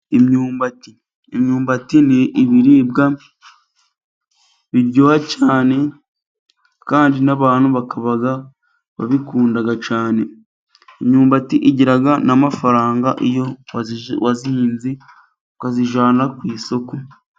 Imyumbati. Imyumbati ni ibiribwa biryoha cyane, kandi n'abantu bakaba babikunda cyane. Imyumbati igira n'amafaranga, iyo wayihinze ukayijyana ku isoko.